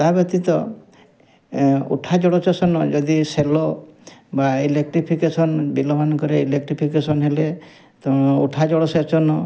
ତା ବ୍ୟତୀତ ଉଠା ଜଳ ସେଚନ ଯଦି ସେଲ ବା ଇଲେକ୍ଟ୍ରିଫିକେସନ୍ ବିଲମାନଙ୍କରେ ଇଲେକ୍ଟ୍ରିଫିକେସନ୍ ହେଲେ ତ ଉଠା ଜଳ ସେଚନ